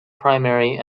primary